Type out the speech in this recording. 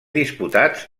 disputats